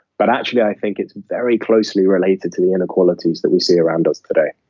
but actually, i think it's very closely related to the inequalities that we see around us today.